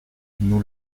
nous